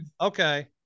Okay